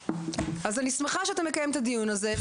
אז אני שמחה שאתה מקיים את הדיון הזה,